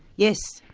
yes.